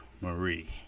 Marie